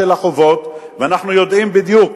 החובות, ואנחנו יודעים בדיוק.